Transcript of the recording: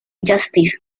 justice